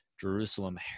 Jerusalem